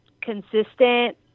consistent